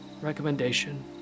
recommendation